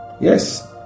Yes